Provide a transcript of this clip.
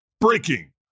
Breaking